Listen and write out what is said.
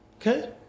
Okay